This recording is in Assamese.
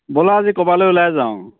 ব'লা আজি ক'ৰবালৈ ওলাই যাওঁ